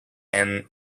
and